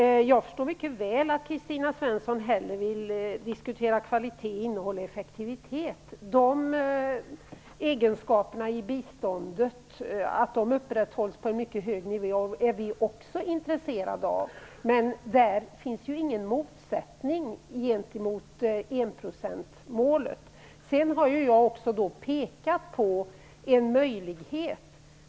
Jag förstår mycket väl att Kristina Svensson hellre vill diskutera kvalitet, innehåll och effektivitet - vi är också intresserade av att de egenskaperna hålls på en mycket hög nivå i biståndet, men det står inte i motsättning till enprocentsmålet. Sedan har jag också pekat på en möjlighet.